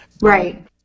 Right